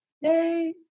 Yay